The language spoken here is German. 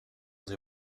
sie